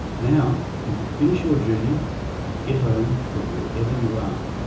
now you can finish your journey and get home from wherever you are.